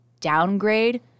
downgrade